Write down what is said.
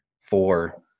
four